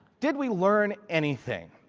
did we learn anything?